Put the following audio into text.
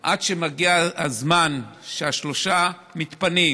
איזושהי עבירה, בלי שירותים,